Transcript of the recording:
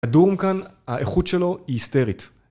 הדורום כאן, האיכות שלו היא היסטרית.